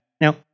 Now